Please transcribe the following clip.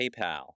PayPal